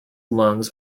lungs